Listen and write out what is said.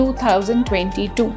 2022